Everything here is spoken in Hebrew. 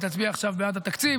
היא תצביע עכשיו בעד התקציב,